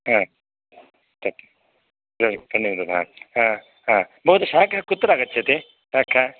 ह तद् तन्निमित्तं वा ह ह भवतु शाखा कुत्र आगच्छति शाखा